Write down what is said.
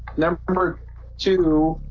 number two